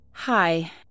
Hi